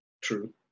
True